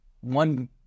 one